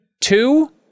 Two